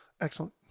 Excellent